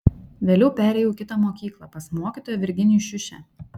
vėliau perėjau į kitą mokyklą pas mokytoją virginijų šiušę